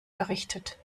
errichtet